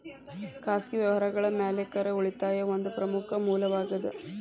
ಖಾಸಗಿ ವ್ಯವಹಾರಗಳ ಮಾಲೇಕರ ಉಳಿತಾಯಾ ಒಂದ ಪ್ರಮುಖ ಮೂಲವಾಗೇದ